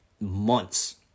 months